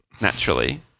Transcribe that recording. naturally